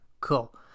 cool